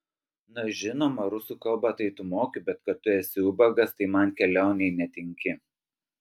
na žinoma rusų kalbą tai tu moki bet kad tu esi ubagas tai man kelionei netinki